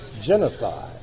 genocide